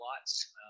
lots